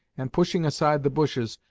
and pushing aside the bushes,